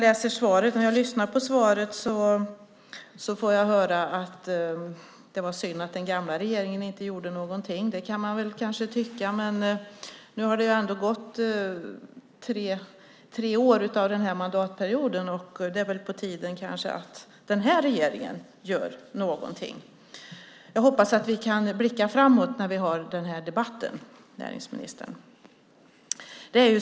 När jag lyssnar på svaret får jag höra att det var synd att den gamla regeringen inte gjorde någonting. Det kan man kanske tycka, men nu har det ändå gått tre år av mandatperioden, och det är väl på tiden att den här regeringen gör någonting. Jag hoppas att vi kan blicka framåt i debatten, näringsministern.